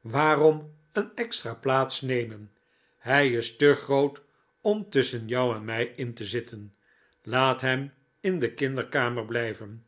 waarom een extra plaats nemen hij is te groot om tusschen jou en mij in te zitten laat hem in de kinderkamer blijven